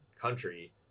country